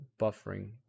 buffering